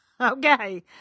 Okay